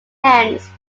ends